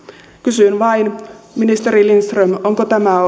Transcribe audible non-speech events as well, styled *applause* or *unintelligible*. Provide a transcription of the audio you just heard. kysyn vain ministeri lindström onko tämä *unintelligible*